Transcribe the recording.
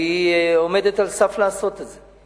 והיא עומדת על סף לעשות את זה,